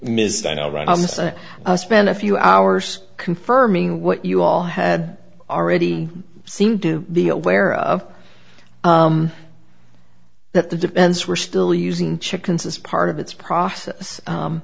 and spent a few hours confirming what you all had already seen do be aware of that the defense were still using chickens as part of its process